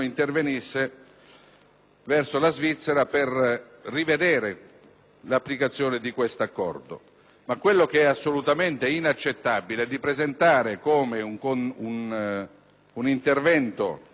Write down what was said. l'applicazione di questo accordo. Ciò che però è assolutamente inaccettabile è presentare questo come un intervento nell'interesse dei Comuni e delle Province di quella Regione,